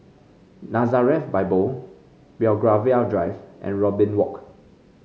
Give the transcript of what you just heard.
Nazareth Bible Belgravia Drive and Robin Walk